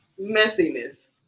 messiness